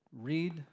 read